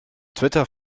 twitter